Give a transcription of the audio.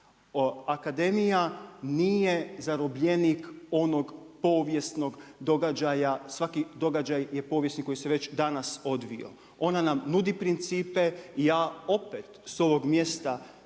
Akademija nije zarobljenik onog povijesnog događaja, svaki događaj je povijesni koji se već danas odvijao. Ona nam nudi principe i ja opet, s ovog mjesta,